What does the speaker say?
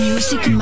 Music